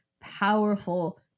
powerful